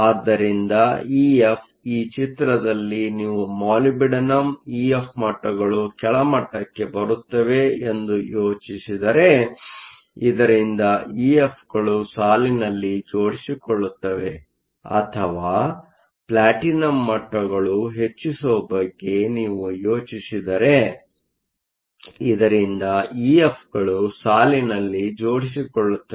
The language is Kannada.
ಆದ್ದರಿಂದ ಇಎಫ್ ಈ ಚಿತ್ರದಲ್ಲಿ ನೀವು ಮಾಲಿಬ್ಡಿನಮ್ ಇಎಫ್ ಮಟ್ಟಗಳು ಕೆಳಮಟ್ಟಕ್ಕೆ ಬರುತ್ತವೆ ಎಂದು ಯೋಚಿಸದರೆ ಇದರಿಂದ ಇಎಫ್ ಗಳು ಸಾಲಿನಲ್ಲಿ ಜೋಡಿಸಿಕೊಳ್ಳುತ್ತವೆ ಅಥವಾ ಪ್ಲಾಟಿನಂ ಮಟ್ಟಗಳು ಹೆಚ್ಚಿಸುವ ಬಗ್ಗೆ ನೀವು ಯೋಚಿಸಿದರೆ ಇದರಿಂದ ಇಎಫ್ಗಳು ಸಾಲಿನಲ್ಲಿ ಜೋಡಿಸಿಕೊಳ್ಳುತ್ತವೆ